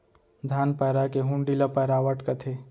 धान पैरा के हुंडी ल पैरावट कथें